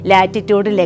Latitude